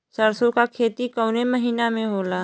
सरसों का खेती कवने महीना में होला?